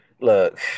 look